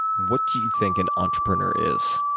what do you think an entrepreneur is?